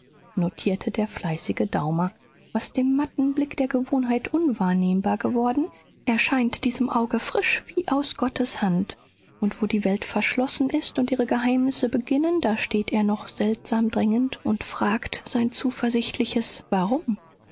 notierte der fleißige daumer was dem matten blick der gewohnheit unwahrnehmbar geworden erscheint diesem auge frisch wie aus gottes hand und wo die welt verschlossen ist und ihre geheimnisse beginnen da steht er noch seltsam drängend und fragt sein zuversichtliches warum